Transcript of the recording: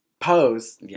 Pose